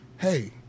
Hey